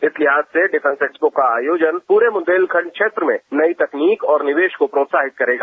इस लिहाज से डिफेंस एक्सपो का आयोजन पूरे बुंदेलखंड क्षेत्र में नई तकनीक और निवेश को प्रोत्साहित करेगा